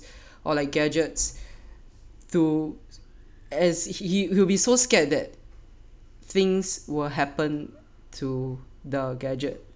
or like gadgets to as he will be so scared that things will happen to the gadget